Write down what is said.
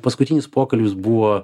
paskutinis pokalbis buvo